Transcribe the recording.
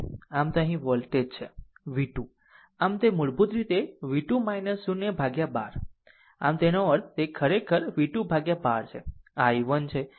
આમ તે અહીં વોલ્ટેજ છે v 2 આમ તે મૂળભૂત રીતે v 2 0 by 12 આમ તેનો અર્થ તે ખરેખર v 2 by 12 છે આ i 1 છે